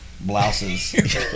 blouses